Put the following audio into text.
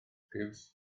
piws